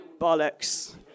Bollocks